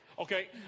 Okay